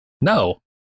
No